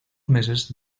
meses